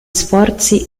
sforzi